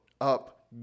up